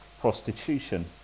prostitution